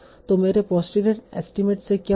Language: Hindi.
तो मेरे पोस्टीरियर एस्टीमेट से क्या होगा